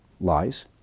lies